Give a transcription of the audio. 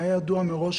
זה היה ידוע מראש,